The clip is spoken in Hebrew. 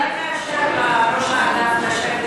אז אולי תאשר לראש האגף לשבת,